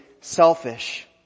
selfish